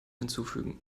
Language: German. hinzufügen